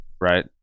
Right